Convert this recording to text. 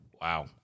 Wow